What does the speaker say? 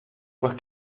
pues